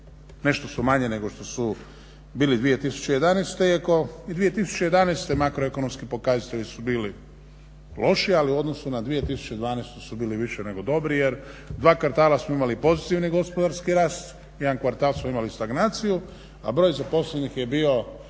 Nešto su manje nego što su bile 2011. iako i 2011. makroekonomski pokazatelji su bili loši ali u odnosu na 2012. su bili više nego dobri jer dva kvartala smo imali pozitivni gospodarski rast, jedan kvartal smo imali stagnaciju, a broj zaposlenih je bio